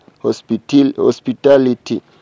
hospitality